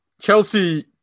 Chelsea